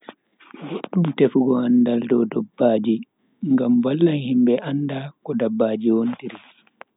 Boddum tefugo andaal dow dabbaji ngam vallan himbe anda ko dabbaaji wontiri.